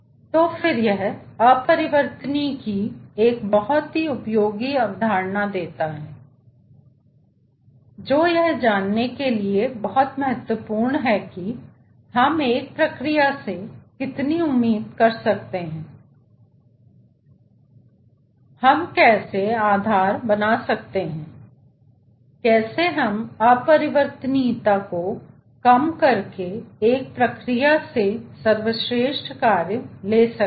तो फिर यह अपरिवर्तनीयता की एक बहुत ही उपयोगी अवधारणा देता है जो यह जानने के लिए बहुत महत्वपूर्ण है कि हम एक प्रक्रिया से कितनी उम्मीद कर सकते हैं हम कैसे आधार बना सकते हैं कैसे हम अपरिवर्तनीयता को कम करके एक प्रक्रिया से सर्वश्रेष्ठ कार्य ले सकते हैं